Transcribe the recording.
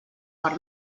per